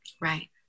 Right